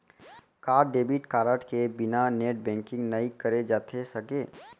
का debit card के बिना नेट बैंकिंग नई करे जाथे सके?